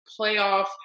playoff